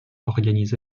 organisé